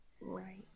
right